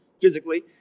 physically